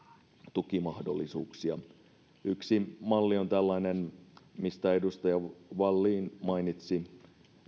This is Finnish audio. tukimahdollisuuksia yksi malli on tällainen mistä edustaja vallin mainitsi